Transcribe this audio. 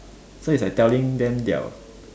so is like telling them their